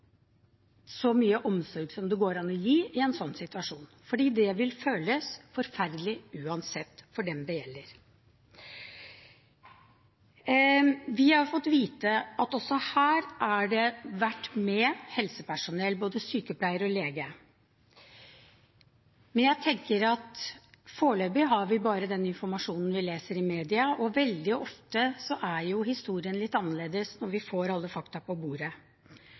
så mye omsorg som det går an å gi i en sånn situasjon, for det vil uansett føles forferdelig for dem det gjelder. Vi har fått vite at også her har det vært med helsepersonell, både sykepleiere og lege. Men jeg tenker at foreløpig har vi bare den informasjonen vi leser i media, og veldig ofte er historien litt annerledes når vi får alle fakta på bordet.